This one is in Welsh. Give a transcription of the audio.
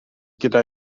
gyda